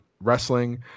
wrestling